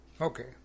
Okay